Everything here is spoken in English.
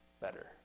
better